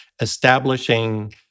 establishing